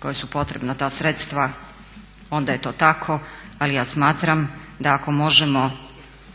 kojoj su potrebna ta sredstva, onda je to tako. Ali ja smatram da ako možemo